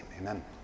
Amen